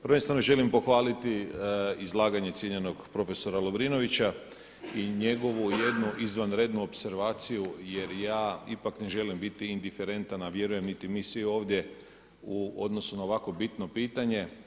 Prvenstveno želim pohvaliti izlaganje cijenjenog prof. Lovrinovića i njegovu jednu izvanrednu opservaciju jer ja ipak ne želim biti indiferentan, a vjerujem niti mi svi ovdje u odnosu na ovako bitno pitanje.